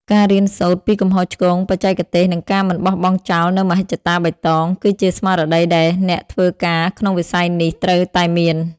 ការរៀនសូត្រពីកំហុសឆ្គងបច្ចេកទេស និងការមិនបោះបង់ចោលនូវមហិច្ឆតាបៃតង គឺជាស្មារតីដែលអ្នកធ្វើការក្នុងវិស័យនេះត្រូវតែមាន។